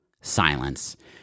silence